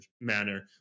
manner